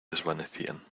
desvanecían